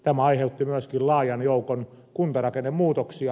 tämä aiheutti myöskin laajan joukon kuntarakennemuutoksia